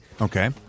Okay